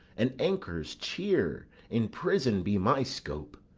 an anchor's cheer in prison be my scope!